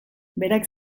berak